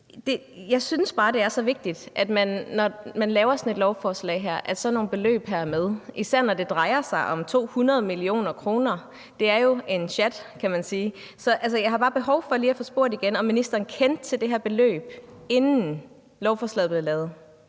Jeg synes bare, at det er så vigtigt, at sådan nogle beløb, når man laver sådan et lovforslag her, er med, især når det drejer sig om 200 mio. kr. Det er jo en sjat, kan man sige. Så jeg har bare behov for at få spurgt igen, om ministeren kendte til det her beløb, inden lovforslaget blev lavet.